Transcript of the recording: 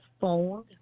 phone